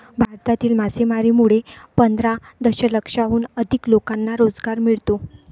भारतातील मासेमारीमुळे पंधरा दशलक्षाहून अधिक लोकांना रोजगार मिळतो